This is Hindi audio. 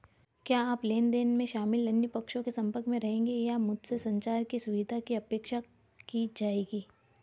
क्या आप लेन देन में शामिल अन्य पक्षों के संपर्क में रहेंगे या क्या मुझसे संचार की सुविधा की अपेक्षा की जाएगी?